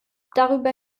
darüber